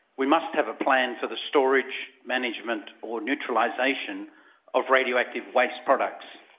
we must have a plan for the storage, management or neutralisation of radioactive waste products.